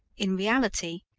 in reality,